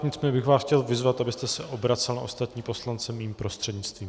Nicméně bych vás chtěl vyzvat, abyste se obracel na ostatní poslance mým prostřednictvím.